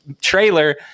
trailer